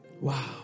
Wow